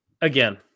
again